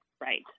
Right